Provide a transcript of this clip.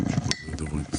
בבקשה.